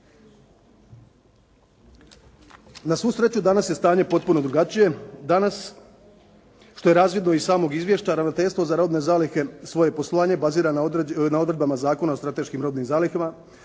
Na svu sreću, danas je stanje potpuno drugačije. Danas, što je razvidno i iz samog izvješća, Ravnateljstvo za robne zalihe svoje poslovanje bazira na odredbama Zakona o strateškim robnim zalihama,